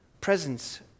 presence